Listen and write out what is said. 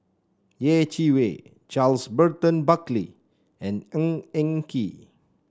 Yeh Chi Wei Charles Burton Buckley and Ng Eng Kee